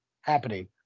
happening